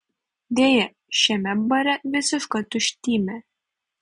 deja šiame bare visiška tuštymė